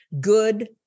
Good